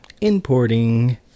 importing